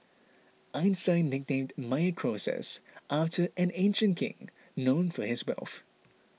Einstein nicknamed Meyer Croesus after an ancient king known for his wealth